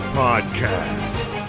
podcast